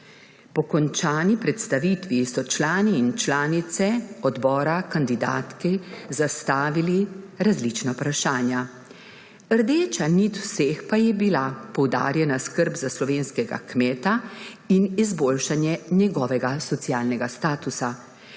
Po končani predstavitvi so članice in člani odbora kandidatki zastavili različna vprašanja. Rdeča nit vseh pa je bila poudarjena skrb za slovenskega kmeta in izboljšanje njegovega socialnega statusa,